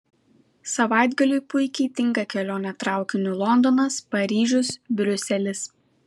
savaitgaliui puikiai tinka kelionė traukiniu londonas paryžius briuselis